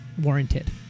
warranted